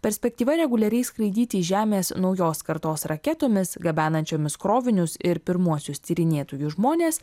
perspektyva reguliariai skraidyti iš žemės naujos kartos raketomis gabenančiomis krovinius ir pirmuosius tyrinėtojus žmones